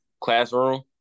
classroom